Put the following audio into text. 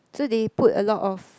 so they put a lot of